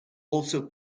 also